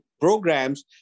programs